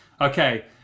okay